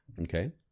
okay